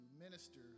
minister